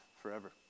forever